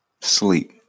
Sleep